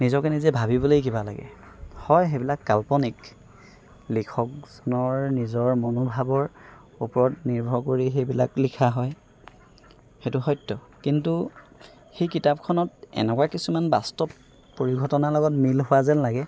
নিজকে নিজে ভাবিবলেই কিবা লাগে হয় সেইবিলাক কাল্পনিক লিখক জনৰ নিজৰ মনোভাবৰ ওপৰত নিৰ্ভৰ কৰি সেইবিলাক লিখা হয় সেইটো সত্য কিন্তু সেই কিতাপখনত এনেকুৱা কিছুমান বাস্তৱ পৰিঘটনাৰ লগত মিল হোৱা যেন লাগে